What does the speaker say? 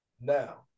Now